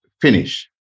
finish